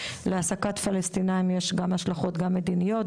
להעסקת פלשתינאים יש גם השלכות מדיניות,